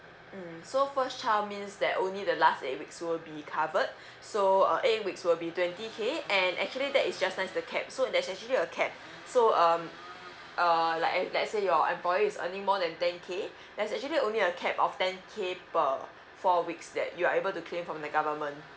mm so first child means that only the last eight weeks will be covered so eight weeks will be twenty K and actually that is just nice the cap so there's actually a cap so um err like let's say your employee is earning more than ten K there's actually only a cap of ten K per four weeks that you're able to claim from the government